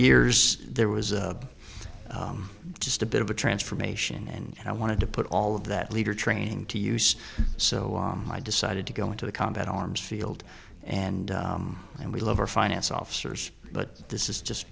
years there was just a bit of a transformation and i wanted to put all of that leader training to use so i decided to go into the combat arms field and and we love our finance officers but this is just